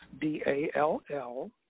D-A-L-L